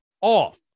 off